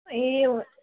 ए हुन्छ